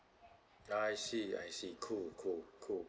I see I see cool cool cool